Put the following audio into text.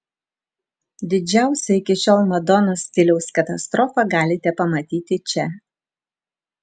didžiausią iki šiol madonos stiliaus katastrofą galite pamatyti čia